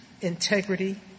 integrity